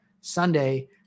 Sunday